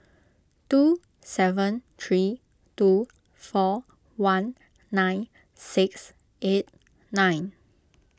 two seven three two four one nine six eight nine